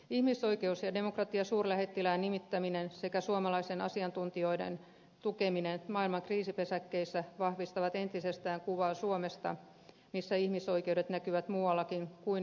ihmisoikeus ja demokratiasuurlähettilään nimittäminen sekä suomalaisten asiantuntijoiden tukeminen maailman kriisipesäkkeissä vahvistavat entisestään kuvaa suomesta missä ihmisoikeudet näkyvät muuallakin kuin juhlapuheissa